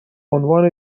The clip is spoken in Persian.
عنوان